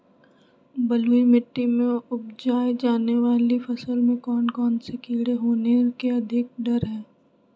बलुई मिट्टी में उपजाय जाने वाली फसल में कौन कौन से कीड़े होने के अधिक डर हैं?